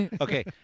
Okay